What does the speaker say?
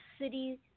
city